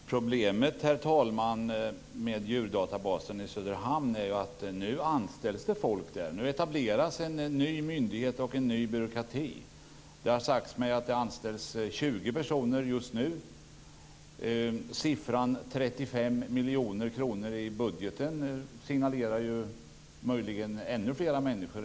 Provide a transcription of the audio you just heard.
Herr talman! Problemet med djurdatabasen i Söderhamn är att det nu anställs folk där. Det etableras en ny myndighet och en ny byråkrati. Det har sagts mig att det anställs 20 personer just nu. Siffran 35 miljoner kronor i budgeten signalerar möjligen om ännu fler människor.